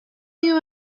you